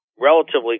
relatively